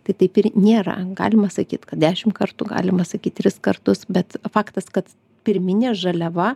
tai taip ir nėra galima sakyt kad dešim kartų galima sakyt tris kartus bet faktas kad pirminė žaliava